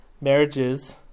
marriages